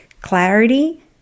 clarity